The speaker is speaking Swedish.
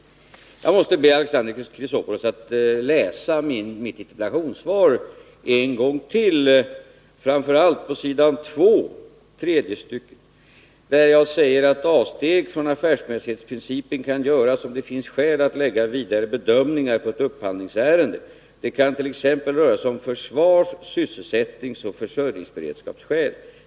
Jag måste be Alexander Chrisopoulos att läsa mitt interpellationssvar en gång till, framför allt på s. 2, tredje stycket, där jag säger: ”Avsteg från affärsmässighetsprincipen kan göras om det finns skäl att lägga vidare bedömningar på ett upphandlingsärende. Det kan t.ex. röra sig om försvars-, sysselsättningsoch försörjningsberedskapsskäl.